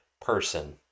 person